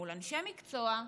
מול אנשי מקצוע,